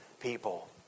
people